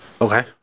Okay